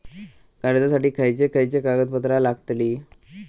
कर्जासाठी खयचे खयचे कागदपत्रा लागतली?